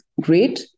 great